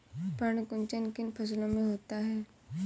पर्ण कुंचन किन फसलों में होता है?